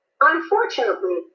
Unfortunately